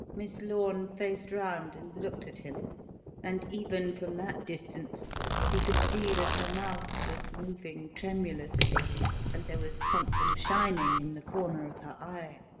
miss lorne faced round and looked at him and even from that distance he could see that her mouth was moving tremulously and there was something shining in the corner of her eye.